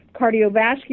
cardiovascular